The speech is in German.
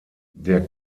der